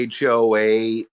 HOA